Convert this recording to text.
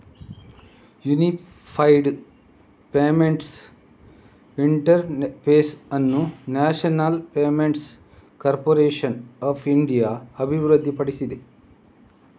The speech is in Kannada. ಯೂನಿಫೈಡ್ ಪೇಮೆಂಟ್ಸ್ ಇಂಟರ್ ಫೇಸ್ ಅನ್ನು national payments corporation of India ಅಭಿವೃದ್ಧಿಪಡಿಸಿದೆ